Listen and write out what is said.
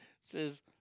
says